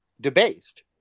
debased